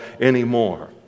anymore